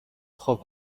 خوب